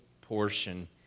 portion